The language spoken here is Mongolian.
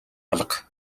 алга